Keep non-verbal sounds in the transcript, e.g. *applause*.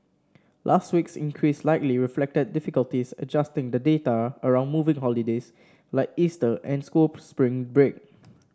last week's increase likely reflected difficulties adjusting the data around moving holidays like Easter and school *unintelligible* spring break